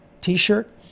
t-shirt